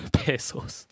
pesos